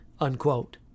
unquote